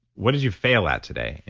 what did you fail at today?